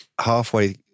halfway